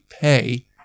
pay